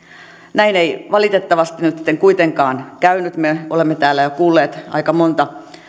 näin ei valitettavasti nytten kuitenkaan käynyt me olemme täällä jo kuulleet aika monta